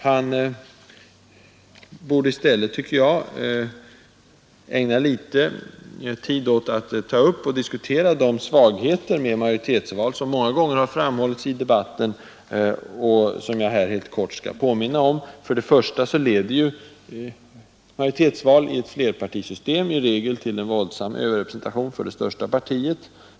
Han borde i stället, tycker jag, ägna litet tid åt att ta upp och diskutera de svagheter med majoritetsval som många gånger har framhållits i debatten och som jag här helt kort skall påminna om. För det första: Majoritetsval i ett flerpartisystem leder i regel till en våldsam överrepresentation för det största partiet.